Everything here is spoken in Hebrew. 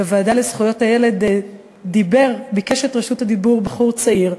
בוועדה לזכויות הילד ביקש את רשות הדיבור בחור צעיר.